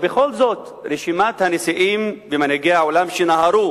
ובכל זאת רשימת הנשיאים ומנהיגי העולם שנהרו